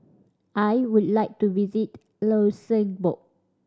I would like to visit Luxembourg